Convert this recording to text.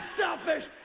selfish